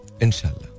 Inshallah